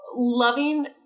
loving